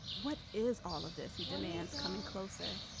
what is all of this. he demands coming closer.